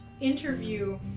interview